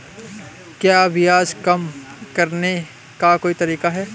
क्या ब्याज कम करने का कोई तरीका है?